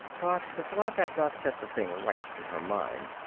but the slap had not set the thing right in her mind.